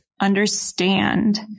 understand